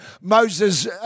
Moses